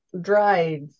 dried